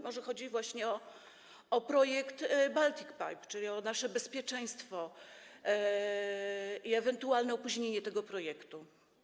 Może chodzi właśnie o projekt Baltic Pipe, czyli o nasze bezpieczeństwo i ewentualne opóźnienie tego projektu.